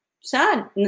sad